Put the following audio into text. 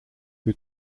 who